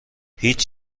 هیچ